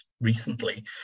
recently